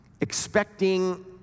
expecting